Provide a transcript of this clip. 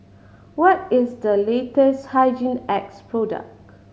what is the latest Hygin X product